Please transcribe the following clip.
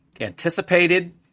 anticipated